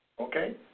Okay